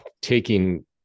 taking